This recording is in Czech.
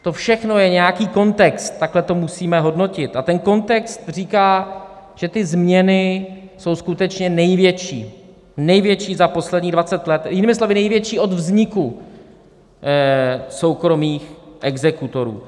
To všechno je nějaký kontext, takhle to musíme hodnotit, a kontext říká, že ty změny jsou skutečně největší za posledních 20 let, jinými slovy největší od vzniku soukromých exekutorů.